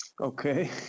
Okay